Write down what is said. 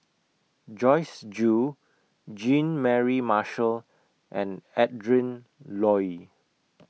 Joyce Jue Jean Mary Marshall and Adrin Loi